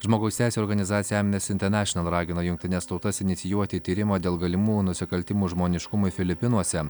žmogaus teisių organizacija amnes internešinal ragina jungtines tautas inicijuoti tyrimą dėl galimų nusikaltimų žmoniškumui filipinuose